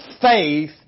faith